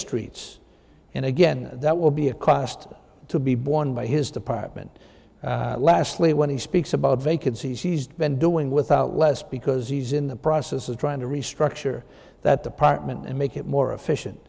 streets and again that will be a cost to be borne by his department lastly when he speaks about vacancies he's been doing without less because he's in the process of trying to restructure that the parliament and make it more efficient